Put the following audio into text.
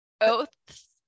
Oaths